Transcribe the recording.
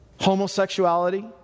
homosexuality